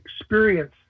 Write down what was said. experience